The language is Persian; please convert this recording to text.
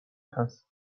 هست